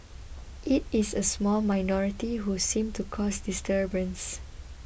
it is a small minority who seem to cause disturbance